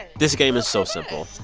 this game is so simple.